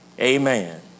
Amen